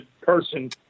person